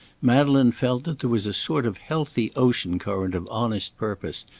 madeleine felt that there was a sort of healthy ocean current of honest purpose,